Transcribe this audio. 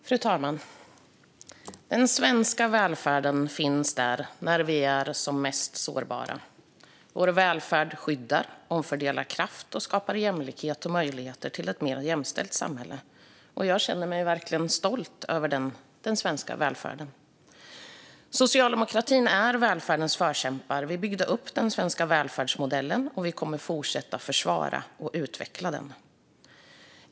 Fru talman! Den svenska välfärden finns där när vi är som mest sårbara. Vår välfärd skyddar, omfördelar kraft och skapar jämlikhet och möjligheter till ett mer jämställt samhälle. Jag känner mig verkligen stolt över den svenska välfärden. Socialdemokratin är välfärdens förkämpar. Vi byggde upp den svenska välfärdsmodellen, och vi kommer att fortsätta försvara och utveckla den.